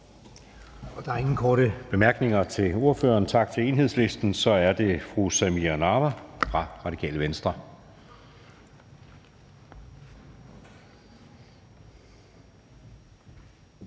Der er ingen korte bemærkninger til ordføreren, så vi siger tak til Enhedslistens ordfører. Så er det fru Samira Nawa fra Radikale Venstre.